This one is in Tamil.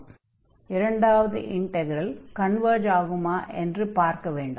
அடுத்து இரண்டாவது இன்டக்ரலின் கன்வர்ஜ் ஆகுமா என்று பார்க்க வேண்டும்